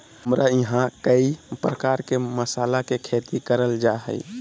हमरा यहां कई प्रकार के मसाला के खेती करल जा रहल हई